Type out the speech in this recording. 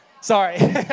sorry